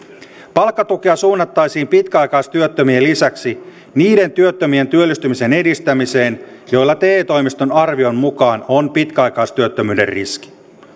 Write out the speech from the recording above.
palkkatukea suunnattaisiin pitkäaikaistyöttömien lisäksi niiden työttömien työllistymisen edistämiseen joilla te toimiston arvion mukaan on pitkäaikaistyöttömyyden riski